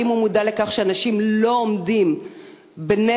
האם הוא מודע לכך שאנשים לא עומדים בנטל?